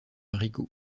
rigaud